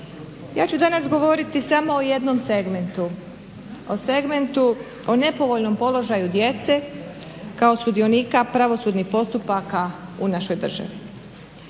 Ja ću danas govoriti samo o jednom segmentu, o nepovoljnom položaju djece kao sudionika pravosudnih postupaka u našoj državi.